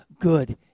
good